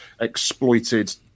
exploited